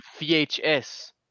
VHS